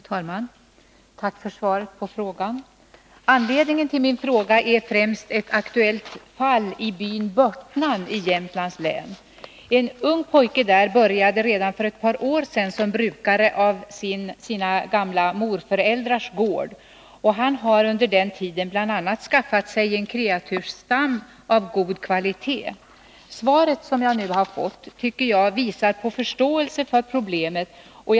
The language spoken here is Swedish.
Herr talman! Tack för svaret på frågan! Anledningen till min fråga är främst ett fall i byn Börtnan i Jämtlands län. En ung pojke där började redan för ett par år sedan bruka sina gamla morföräldrars gård. Han har under den här tiden bl.a. skaffat sig en kreatursstam av god kvalitet. Svaret som jag nu har fått visar, tycker jag, på förståelse för problemen.